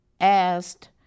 asked